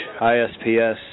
ISPS